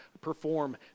perform